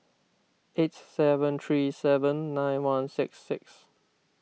eight seven three seven nine one six six